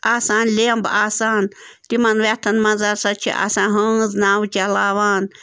آسان لیٚمب آسان تِمَن وٮ۪تھَن منٛز ہَسا چھِ آسان ہٲنز نَاوٕ چَلاوان